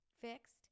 fixed